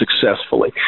successfully